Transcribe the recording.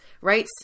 right